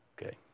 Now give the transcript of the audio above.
Okay